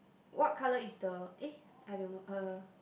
what color is the eh I don't know uh